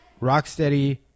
Rocksteady